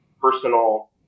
personal